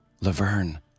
Laverne